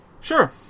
Sure